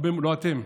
לא אתם,